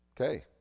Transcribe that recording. Okay